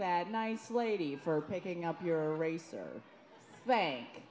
that nice lady for picking up your racer bank